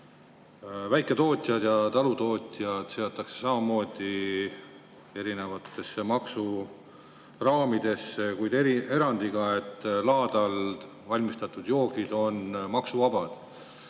väiketootjad ja talutootjad seatakse samamoodi erinevatesse maksuraamidesse, kuid selle erandiga, et laadal valmistatud joogid on maksuvabad.